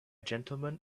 gentleman